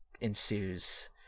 ensues